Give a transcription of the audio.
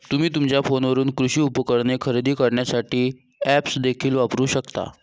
तुम्ही तुमच्या फोनवरून कृषी उपकरणे खरेदी करण्यासाठी ऐप्स देखील वापरू शकता